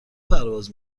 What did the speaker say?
پرواز